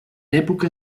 època